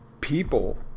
people